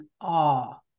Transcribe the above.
awe